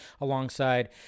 alongside